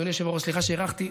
אדוני היושב-ראש, סליחה שהארכתי.